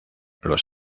los